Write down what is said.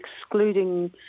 excluding